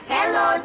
Hello